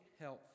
health